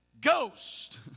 ghost